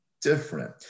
different